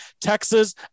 texas